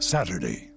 Saturday